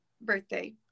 birthday